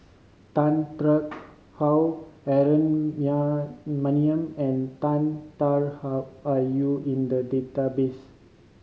Tan Tarn How Aaron Maniam and Tan Tarn How are you in the database